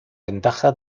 ventaja